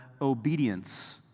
obedience